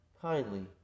kindly